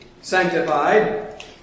sanctified